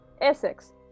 Essex